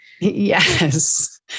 Yes